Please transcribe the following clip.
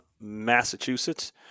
Massachusetts